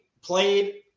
played